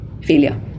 failure